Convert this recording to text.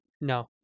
No